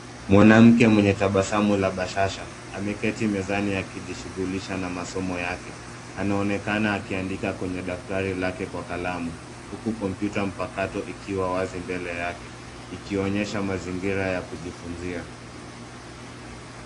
Mwanamke mwenye tabasamu la bashasha ameketi mezani akijishughulisha na masomo yake. Anaonekana aki andika kwenye daftrari lake kwa kalamu huku kompyuta mpakato ikiwa wazi mbele yake ikionyesha mazingira ya kujifunzia.